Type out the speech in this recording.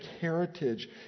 heritage